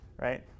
right